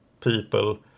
people